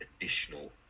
additional